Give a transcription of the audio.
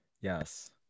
yes